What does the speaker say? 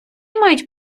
мають